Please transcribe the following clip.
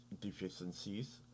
deficiencies